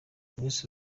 ministeri